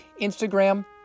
Instagram